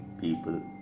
people